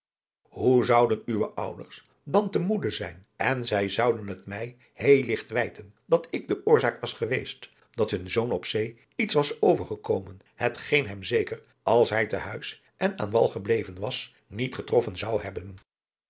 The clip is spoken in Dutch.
hoe zouden uwe ouders dan te moede zijn en zij zouden het mij heel ligt wijten dat ik de oorzaak was geweest dat hun zoon op zee iets was overgekomen hetgeen hem zeker als hij te huis en aan wal gebleven was niet getroffen zou hebben